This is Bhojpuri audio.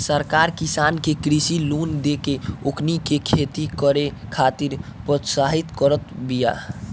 सरकार किसान के कृषि लोन देके ओकनी के खेती करे खातिर प्रोत्साहित करत बिया